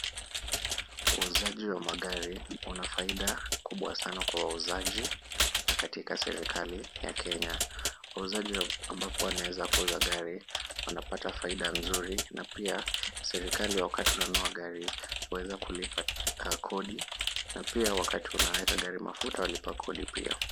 Uuzaji wa magari una faida kubwa sana kwa wauzaji na katika serekali ya Kenya. Wauzaji ambapo wanaweza kuuza gari wanapata faida nzuri na pia serekali wakati wananunua gari huweza kulipa kodi na pia wakati unaweka gari mafuta walipa kodi pia.